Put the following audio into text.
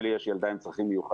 ולי יש ילדה עם צרכים מיוחדים,